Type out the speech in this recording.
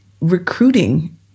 recruiting